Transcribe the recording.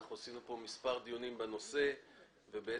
ערכנו פה מספר דיונים בנושא ולפני